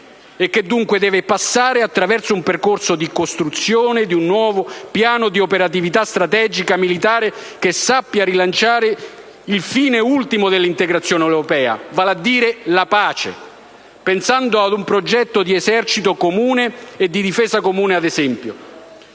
e che dunque deve passare attraverso un percorso di costruzione di un nuovo piano di operatività strategica militare che sappia rilanciare il fine ultimo dell'integrazione europea, vale a dire la pace, pensando ad un progetto di esercito comune e di difesa comune, ad esempio.